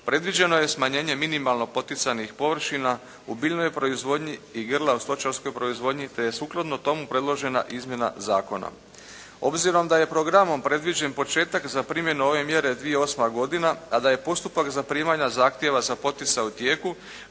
predviđeno je smanjenje minimalno poticajnih površina u biljnoj proizvodnji i grla u stočarskoj proizvodnji te je sukladno tomu predložena izmjena zakona. Obzirom da je programom predviđen početak za primjenu ove mjere 2008. godina, a da je postupak zaprimanja zahtjeva za poticaj u tijeku.